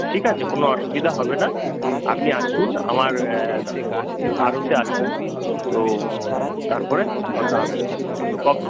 ঠিক আছে কোনো অসুবিধা হবে না আপনি আসুন আমার আড়তে আসুন তো তারপরে কথা হবে খন তো কবে